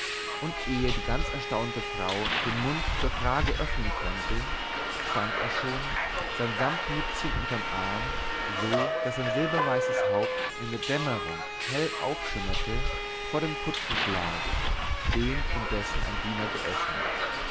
und ehe die ganz erstaunte frau den mund zur frage öffnen konnte stand er schon sein samtmützchen unterm arm so daß sein silberweißes haupt in der dämmerung hell aufschimmerte vor dem kutschenschlage den indessen ein diener geöffnet